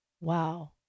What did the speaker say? Wow